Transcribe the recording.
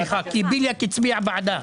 כי בליאק הצביע בעדה.